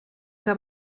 que